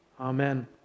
Amen